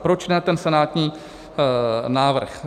Proč ne ten senátní návrh?